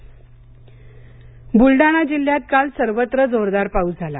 बुलडाणा पाऊस बुलडाणा जिल्ह्यात काल सर्वत्र जोरदार पाऊस झाला